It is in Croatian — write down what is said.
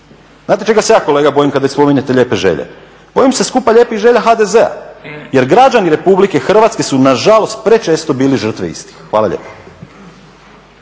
Znate čega se ja kolega bojim kad već spominjete lijepe želje? Bojim se skupa lijepih želja HDZ-a. Jer građani RH su nažalost prečesto bili žrtve istih. Hvala lijepo.